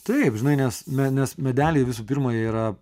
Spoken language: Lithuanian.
taip žinai nes me nes medeliai visų pirma jie yra